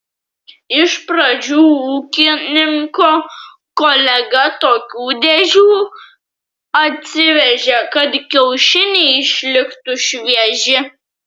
iš pradžių ūkininko kolega tokių dėžių atsivežė kad kiaušiniai išliktų švieži